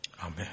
Amen